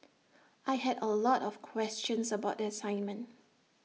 I had A lot of questions about the assignment